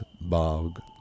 bog